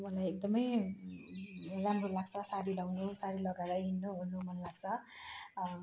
अब मलाई एकदमै राम्रो लाग्छ साडी लगाउनु साडी लगाएर हिँड्नुओर्नु मन लाग्छ